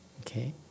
okay